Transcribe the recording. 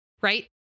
right